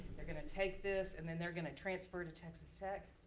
they're gonna take this and then they're gonna transfer to texas tech,